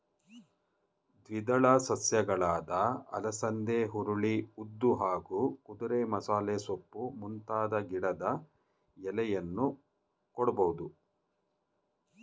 ದ್ವಿದಳ ಸಸ್ಯಗಳಾದ ಅಲಸಂದೆ ಹುರುಳಿ ಉದ್ದು ಹಾಗೂ ಕುದುರೆಮಸಾಲೆಸೊಪ್ಪು ಮುಂತಾದ ಗಿಡದ ಎಲೆಯನ್ನೂ ಕೊಡ್ಬೋದು